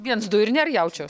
viens du ir nėr jaučio